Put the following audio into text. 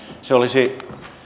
se olisi